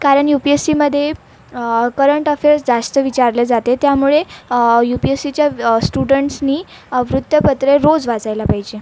कारण U P S सीमध्ये current affairs जास्त विचारले जाते त्यामुळे यू पी एस सीच्या स्टुडंट्सनी वृत्तपत्रे रोज वाचायला पाहिजे